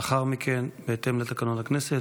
לאחר מכן, בהתאם לתקנון הכנסת,